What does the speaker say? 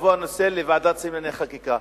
יבוא הנושא לוועדת השרים לענייני חקיקה.